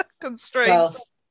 constraints